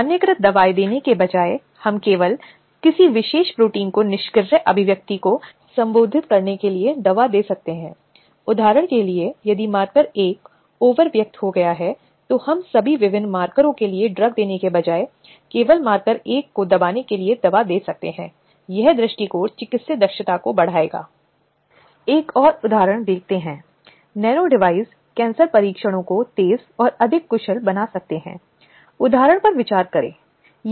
इसलिए विशाखा के बाद से विभिन्न संगठनों को अनिवार्य किया गया था और इस तरह के उल्लंघन के विभिन्न उदाहरणों या ऐसी समितियों के लिए किए गए कार्यों को चुनौती देने के लिए अदालतों के सामने आए जहां अदालतें महिलाओं के अधिकारों को बरकरार रखने की कोशिश करती हैं लेकिन महिलाओं के मुद्दों और चिंताओं की रक्षा करती हैं